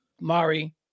Mari